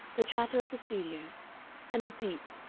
the chatter of the studios and the deep,